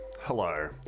hello